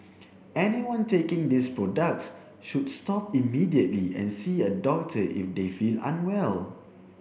anyone taking these products should stop immediately and see a doctor if they feel unwell